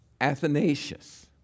Athanasius